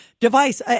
device